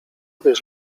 wiesz